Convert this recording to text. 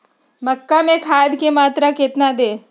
मक्का में खाद की मात्रा कितना दे?